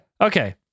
okay